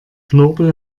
knorpel